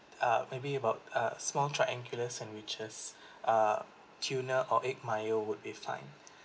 uh maybe about uh small triangular sandwiches uh tuna or egg mayo would be fine